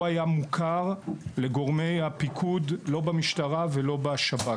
לא היה מוכר לגורמי הפיקוד לא במשטרה ולא בשב"כ.